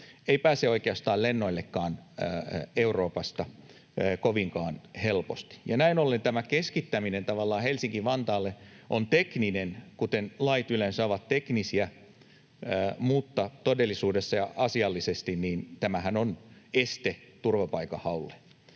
ei pääse oikeastaan lennoillekaan Euroopasta kovinkaan helposti. Näin ollen tavallaan tämä keskittäminen Helsinki-Vantaalle on tekninen toimi, kuten lait yleensä ovat teknisiä, mutta todellisuudessa ja asiallisesti tämähän on este turvapaikanhaulle.